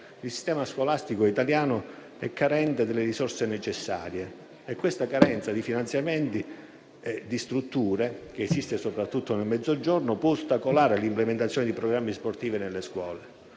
il sistema scolastico italiano è carente delle risorse necessarie, e una tale carenza di finanziamenti e di strutture, che esiste soprattutto nel Mezzogiorno, può ostacolare l'implementazione di programmi sportivi nelle scuole.